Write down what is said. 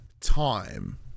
time